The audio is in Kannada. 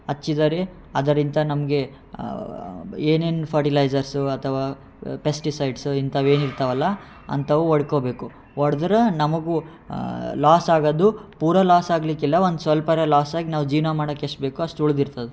ಹಚ್ಚಿದರೆ ಅದರಿಂದ ನಮಗೆ ಏನೇನು ಫಟಿಲೈಝರ್ಸು ಅಥವಾ ಪೆಸ್ಟಿಸೈಡ್ಸು ಇಂಥವು ಏನಿರ್ತವಲ್ಲ ಅಂಥವು ಹೊಡ್ಕೊಬೇಕು ಹೊಡ್ದ್ರ ನಮಗೂ ಲಾಸ್ ಆಗೋದು ಪೂರಾ ಲಾಸ್ ಆಗಲಿಕ್ಕಿಲ್ಲ ಒಂದು ಸ್ವಲ್ಪರೆ ಲಾಸ್ ಆಗಿ ನಾವು ಜೀವನ ಮಾಡಕ್ಕೆ ಎಷ್ಟು ಬೇಕೋ ಅಷ್ಟು ಉಳ್ದಿರ್ತದೆ